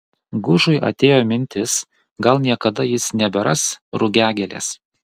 gužui atėjo mintis gal niekada jis neberas rugiagėlės